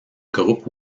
groupe